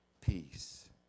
Peace